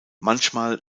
manchmal